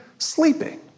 Sleeping